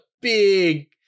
big